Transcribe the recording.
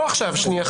לא, לא עכשיו חנוך.